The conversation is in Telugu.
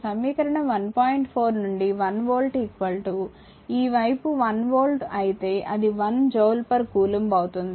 4 నుండి 1 వోల్ట్ ఈ వైపు 1 వోల్ట్ అయితే అది 1 జూల్కూలుంబ్ అవుతుంది